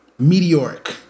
Meteoric